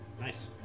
Nice